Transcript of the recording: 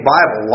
Bible